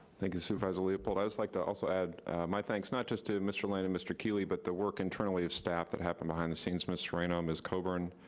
thank you, supervisor leopold. i'd just like to also add my thanks not just to mr. lane and mr. keeley, but the work internally of staff that happened behind the scenes, mr. reno, ms. coburn,